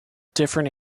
different